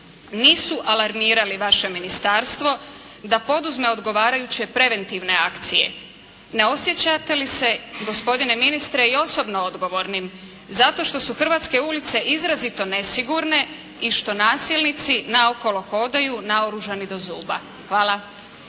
nisu alarmirali vaše ministarstvo da poduzme odgovarajuće preventivne akcije? Ne osjećate li se gospodine ministre i osobno odgovornim zato što su hrvatske ulice izrazito nesigurne i što nasilnici naokolo hodaju naoružani do zuba? Hvala.